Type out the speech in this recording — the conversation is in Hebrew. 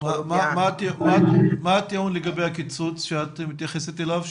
מה הטיעון לגבי הקיצוץ שאת מתייחסת אליו?